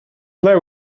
player